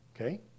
Okay